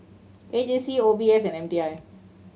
A J C O B S and M T I